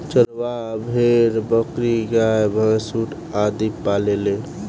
चरवाह भेड़, बकरी, गाय, भैन्स, ऊंट आदि पालेले